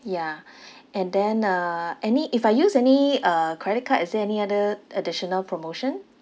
ya and then uh any if I use any uh credit card is there any other additional promotion